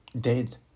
dead